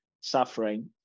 suffering